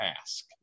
ask